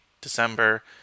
December